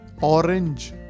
orange